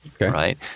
right